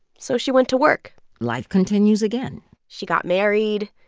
so she went to work life continues again she got married.